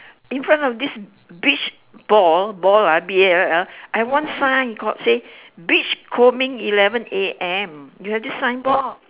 in front of this beach ball ball ah B A L L I have one sign called say beach combing eleven A M you have this sign board